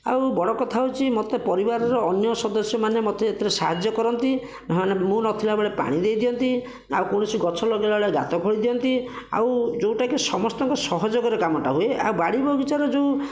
ଆଉ ବଡ଼ କଥା ହେଉଛି ମୋତେ ପରିବାରର ଅନ୍ୟ ସଦସ୍ୟମାନେ ମୋତେ ଏଥିରେ ସାହାଯ୍ୟ କରନ୍ତି ସେମାନେ ମୁଁ ନଥିବା ବେଳେ ପାଣି ଦେଇଦିଅନ୍ତି ଆଉ କୌଣସି ଗଛ ଲଗେଇଲା ବେଳେ ଗାତ ଖୋଳି ଦିଅନ୍ତି ଆଉ ଯେଉଁଟାକି ସମସ୍ତଙ୍କ ସହଯୋଗରେ କାମଟା ହୁଏ ଆଉ ବାଡ଼ି ବଗିଚାରେ ଯେଉଁ